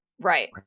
Right